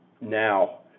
now